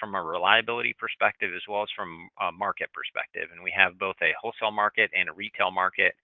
from a reliability perspective as well as from a market perspective. and we have both a wholesale market and a retail market,